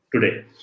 Today